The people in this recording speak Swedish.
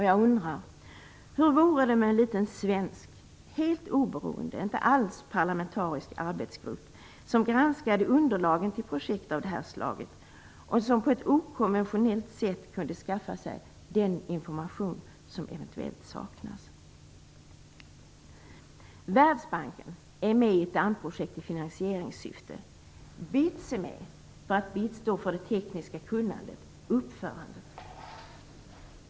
Jag undrar: Hur vore det med en svensk, helt oberoende, inte alls parlamentarisk arbetsgrupp som granskade underlagen till projekt av det här slaget och som på ett okonventionellt sätt kunde skaffa sig den information som eventuellt saknas? Världsbanken är med i dammprojekten i finansieringssyfte. BITS är med för att bistå med det tekniska kunnandet och uppförandet.